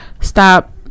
Stop